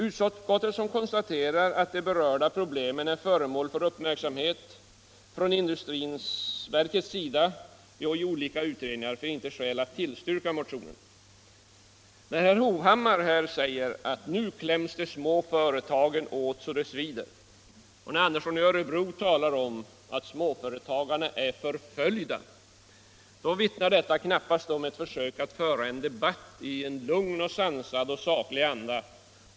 Utskottet, som konstaterar att de berörda problemen är föremål för uppmärksamhet från industriverkets sida och i olika utredningar, finner icke skäl att tillstyrka motionerna. När herr Hovhammar säger att de små företagen kläms åt så att det svider och när herr Andersson i Örebro talar om att småföretagarna är förföljda vittnar detta knappast om att de försöker föra en debatt i en lugn, sansad och saklig anda.